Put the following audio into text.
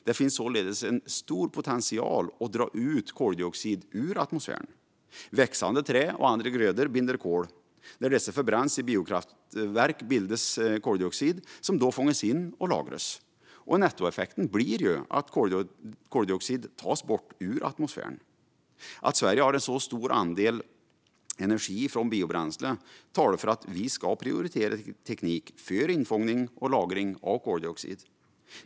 Det finns således en stor potential för att dra ut koldioxid ur atmosfären. Växande träd och andra grödor binder kol. När dessa förbränns i biokraftverk bildas koldioxid, som då fångas in och lagras. Nettoeffekten blir att koldioxid tas bort ur atmosfären. Att Sverige har en så stor andel energi från biobränslen talar för att Sverige ska prioritera teknik för infångning och lagring av koldioxid.